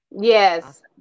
Yes